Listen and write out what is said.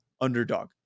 underdog